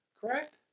correct